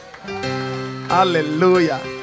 Hallelujah